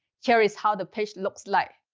here is how the page looks like.